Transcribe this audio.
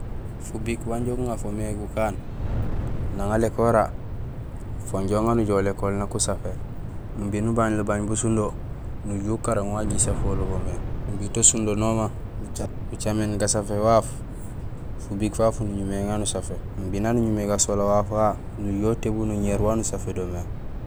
Fubik wanja guŋa fo mé gukaan; nang alékora fo inja uŋa nujoow lékool nak usafé imbi nubañulobaañ bo sindo nuju ukaraŋul wanji saféwulo bo mé imbi to sundo noma nucaméén gasafé waaf fubik fafu nuñumé éŋar nusafé imbi naan uñumé gasohla waaf wau nujoow utébul nu ñéér waan usafé do mé.